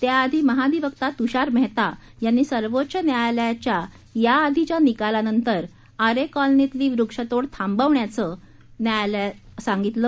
त्याआधी महाधिवक्ता तृषार मेहता यांनी सर्वोच्च न्यायालयाच्या याआधीच्या निकालानंतर आरे कॉलनीतली वृक्षतोड थांबवल्याचं न्यायालयात सांगितली